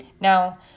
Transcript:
Now